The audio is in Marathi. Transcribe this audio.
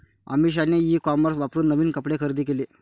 अमिषाने ई कॉमर्स वापरून नवीन कपडे खरेदी केले